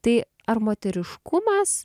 tai ar moteriškumas